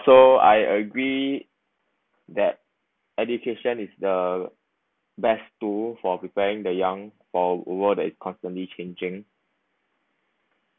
so I agree that education is the best tool for preparing the young for world that is constantly changing